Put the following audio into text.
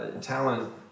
talent